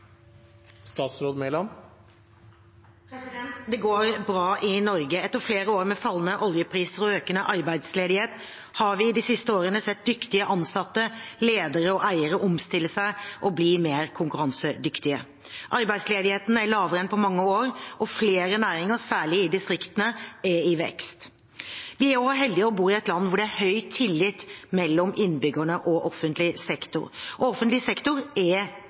de siste årene sett dyktige ansatte, ledere og eiere omstille seg og bli mer konkurransedyktige. Arbeidsledigheten er lavere enn på mange år, og flere næringer, særlig i distriktene, er i vekst. Vi er også heldige som bor i et land hvor det er høy tillit mellom innbyggerne og offentlig sektor. Og offentlig sektor i Norge er